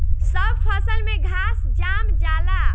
सब फसल में घास जाम जाला